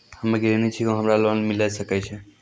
हम्मे गृहिणी छिकौं, की हमरा लोन मिले सकय छै?